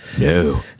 No